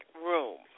room